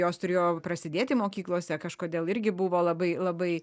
jos turėjo prasidėti mokyklose kažkodėl irgi buvo labai labai